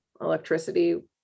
electricity